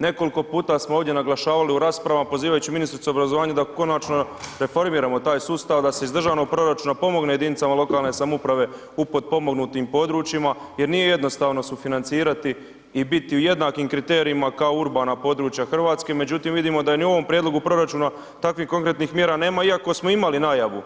Nekoliko puta smo ovdje naglašavali u raspravama pozivajući ministricu obrazovanja da konačno reformiramo taj sustav, da se iz državnog proračuna pomogne jedinicama lokalne samouprave u potpomognutim područjima jer nije jednostavno sufinancirati i biti u jednakim kriterijima kao urbana područja Hrvatske međutim vidimo da ni u ovom prijedlogu proračuna takvih konkretnih mjera nema iako smo imali najavu